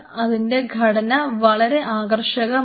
അതിൻറെ ഘടന വളരെ ആകർഷകമാണ്